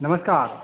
नमस्कार